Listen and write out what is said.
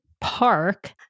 park